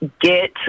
get